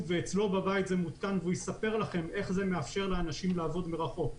ואצלו בבית זה מותקן והוא יספר לכם איך זה מאפשר לאנשים לעבוד מרחוק.